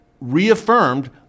reaffirmed